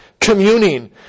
communing